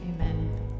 amen